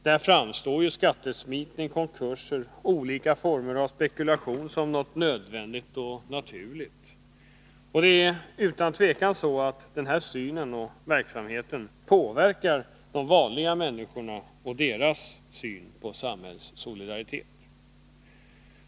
Därför framstår ju skattesmitning, konkurser och olika former av spekulation som något nödvändigt och naturligt. Det är utan tvivel så, att detta påverkar de vanliga människorna och deras syn på samhällssolidaritet.